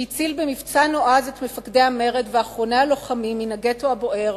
שהציל במבצע נועז את מפקדי המרד ואחרוני הלוחמים מן הגטו הבוער